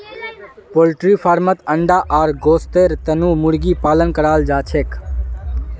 poultry फार्मत अंडा आर गोस्तेर तने मुर्गी पालन कराल जाछेक